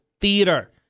theater